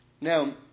Now